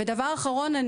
ודבר אחרון,